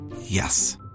Yes